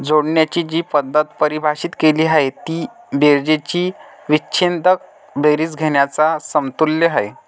जोडण्याची जी पद्धत परिभाषित केली आहे ती बेरजेची विच्छेदक बेरीज घेण्याच्या समतुल्य आहे